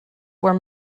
were